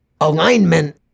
Alignment